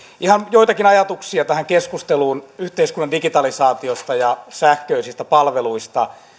joitakin ajatuksia tähän keskusteluun yhteiskunnan digitalisaatiosta ja sähköisistä palveluista tätä